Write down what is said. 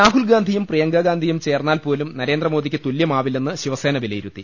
രാഹുൽഗാന്ധിയും പ്രിയങ്കാഗാന്ധിയും ചേർന്നാൽ പോലും നരേന്ദ്രമോദിയ്ക്ക് തുല്യമാവില്ലെന്ന് ശിവസേനവിലയിരുത്തി